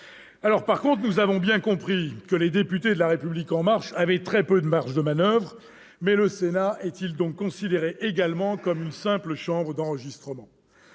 comprendre ! Nous avons bien compris que les députés de La République En Marche avaient très peu de marge de manoeuvre. Le Sénat est-il donc également considéré comme une simple chambre d'enregistrement ?